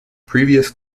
previous